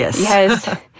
Yes